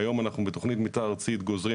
שהיום אנחנו בתכנית מתאר ארצית גוזרים,